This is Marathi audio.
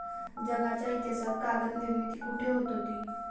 जगाच्या इतिहासात कागद निर्मिती कुठे होत होती?